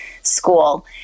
School